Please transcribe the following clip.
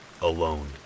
alone